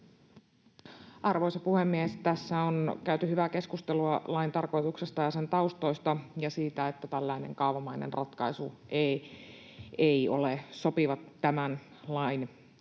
Arvoisa puhemies! Tässä on käyty hyvää keskustelua lain tarkoituksesta ja sen taustoista ja siitä, että tällainen kaavamainen ratkaisu ei ole sopiva tämän lain kohdalla.